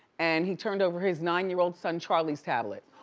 and he turned over his nine-year-old son charlie's tablet.